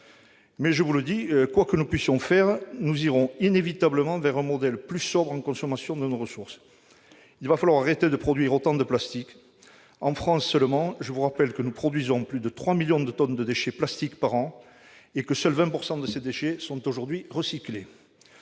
faut savoir que, quoi que nous fassions, nous irons inévitablement vers un modèle plus sobre en ce qui concerne la consommation de nos ressources. Il va falloir arrêter de produire autant de plastique en France. Je rappelle que notre pays produit plus de 3 millions de tonnes de déchets plastiques par an et que seuls 20 % de ces déchets sont aujourd'hui recyclés.